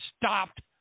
stopped